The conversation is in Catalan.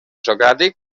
socràtic